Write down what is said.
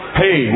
hey